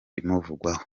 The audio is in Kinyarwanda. bimuvugwaho